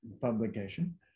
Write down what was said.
publication